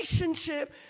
relationship